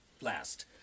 last